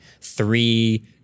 three